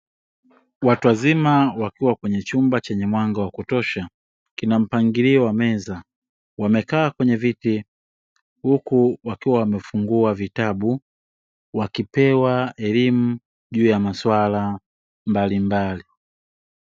Watu wazima wakiwa kwenye chumba chenye mwanga wa kutosha kina mpangilio wa meza wamekaa kwenye viti, huku wakiwa wamefungua vitabu wakipewa elimu juu ya maswala mbalimbali.